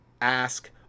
ask